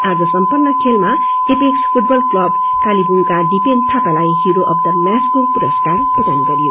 आज समपन्न खेलमा एपेकस फूटबल क्लब कोलेम्पोङका दिपेन थापालाइ हिरो अफ द म्याचको पुरस्कार प्रदान गरियो